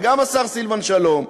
וגם השר סילבן שלום,